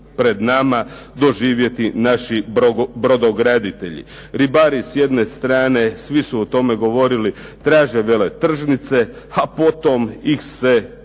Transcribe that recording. pred nama doživjeti naši brodograditelji. Ribari s jedne strane, svi su o tome govorili, traže veletržnice, a potom ih se klone